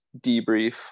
debrief